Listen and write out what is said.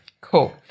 Cool